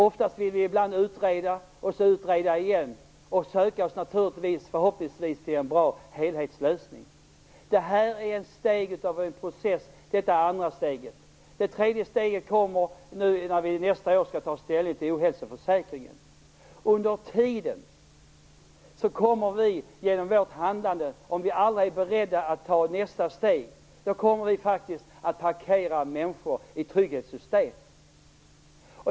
Oftast vill vi utreda och ibland vill vi utreda igen för att förhoppningsvis kunna söka oss fram till en bra helhetslösning. Det här är det andra steget i en process. Det tredje steget kommer nästa år när vi skall ta ställning till ohälsoförsäkringen. Under tiden kommer vi genom vårt handlande - om vi alla är beredda att ta nästa steg - att "parkera" människor i trygghetssystem.